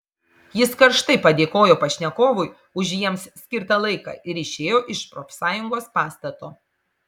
jis karštai padėkojo pašnekovui už jiems skirtą laiką ir išėjo iš profsąjungos pastato